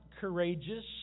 courageous